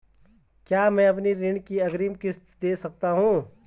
क्या मैं अपनी ऋण की अग्रिम किश्त दें सकता हूँ?